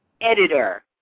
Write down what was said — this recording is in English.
Editor